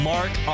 Mark